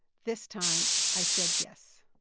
this time i said yes.